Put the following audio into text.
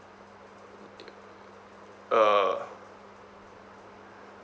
uh